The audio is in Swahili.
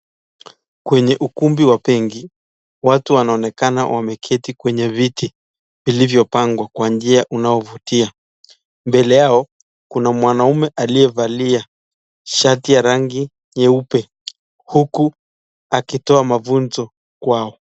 Kwenye ukumbi wa benki watu wanaonekana wameketi kwenye viti vilivyopangwa kwa njia unavyovutia. Mbele yao kuna mwanaume aliyevalia shati ya rangi nyeupe huku akitoa mafunzo kwao.